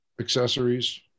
accessories